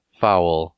foul